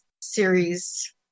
series